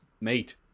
mate